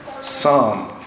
Psalm